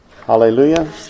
Hallelujah